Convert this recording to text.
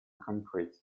concrete